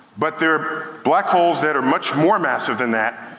but there are black holes that are much more massive than that,